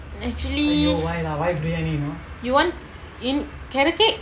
actually you want carrot cake